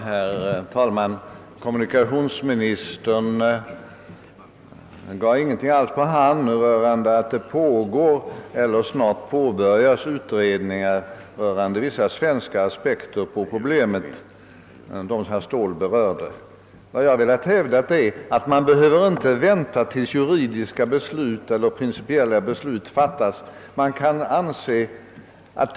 Herr talman! Kommunikationsministern gav ingenting alls på hand rörande att det pågår eller snart påbörjas utredningar om vissa svenska aspekter på problemet, vilka herr Ståhl antydde. Vad jag har velat hävda är att man inte behöver vänta tills på dansk sida juridiska eller principiella beslut fattas om storflygplatsens läge.